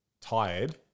tired